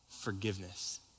forgiveness